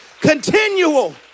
continual